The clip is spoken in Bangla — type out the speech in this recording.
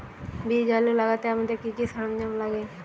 বীজ আলু লাগাতে আমাদের কি কি সরঞ্জাম লাগে?